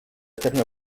terme